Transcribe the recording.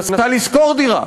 מנסה לשכור דירה.